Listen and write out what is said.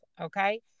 okay